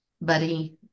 Buddy